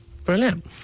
Brilliant